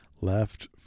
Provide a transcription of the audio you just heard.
left